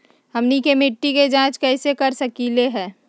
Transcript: हमनी के मिट्टी के जाँच कैसे कर सकीले है?